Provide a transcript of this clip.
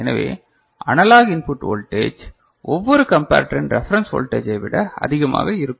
எனவே analog input voltage ஒவ்வொரு comparator இன் ரெஃபரன்ஸ் வோல்டேஜ் விட அதிகமாக இருக்கும்